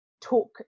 talk